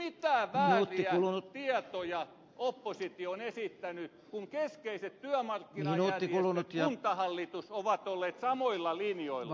siis mitä vääriä tietoja oppositio on esittänyt kun keskeiset työmarkkinajärjestöt ja kuntahallitus ovat olleet samoilla linjoilla